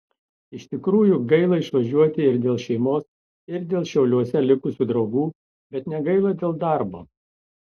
iš tikrųjų gaila išvažiuoti ir dėl šeimos ir dėl šiauliuose likusių draugų bet negaila dėl darbo